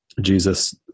Jesus